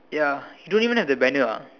ya you don't even have the banner ah